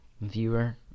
Viewer